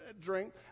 drink